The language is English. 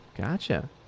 Gotcha